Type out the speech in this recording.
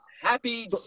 happy